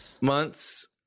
months